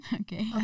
Okay